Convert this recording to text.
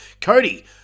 Cody